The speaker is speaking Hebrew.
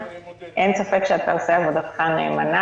הנוסחאות המאוד --- שכתובות בחוק-היסוד,